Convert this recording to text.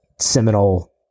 seminal